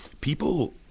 people